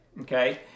okay